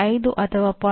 5 ಅಥವಾ 0